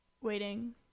waiting